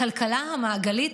הכלכלה המעגלית,